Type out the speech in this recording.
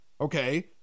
Okay